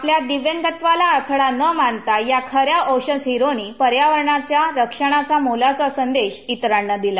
आपल्या दिव्यंगत्वाला अडथळा न मानता या ख या ओशन हीरोज नी पर्यावरणाचा रक्षणाचा मोलाचा संदेश इतरांना दिला